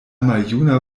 maljuna